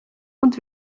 und